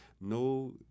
no